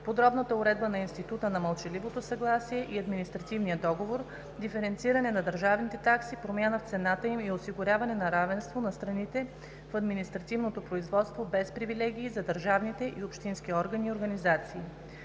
подробната уредба на института на мълчаливото съгласие и административния договор; диференциране на държавните такси, промяна в цената им и осигуряване на равенство на страните в административното производство, без привилегии за държавните и общински органи и организации;